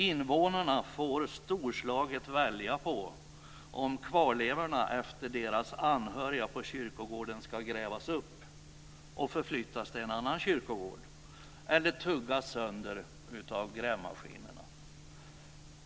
Invånarna får storslaget välja på om kvarlevorna efter deras anhöriga på kyrkogården ska grävas upp och förflyttas till en annan kyrkogård eller tuggas sönder av grävmaskinerna.